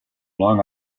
long